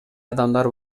адамдар